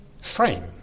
frame